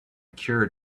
cured